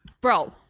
Bro